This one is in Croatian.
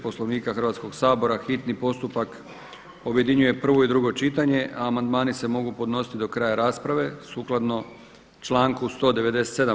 Poslovnika Hrvatskog sabora hitni postupak objedinjuje prvo i drugo čitanje a amandmani se mogu podnositi do kraja rasprave sukladno članku 197.